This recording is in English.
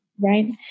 Right